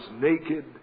naked